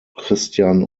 christian